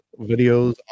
videos